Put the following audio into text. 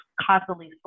constantly